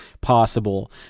possible